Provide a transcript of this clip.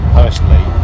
personally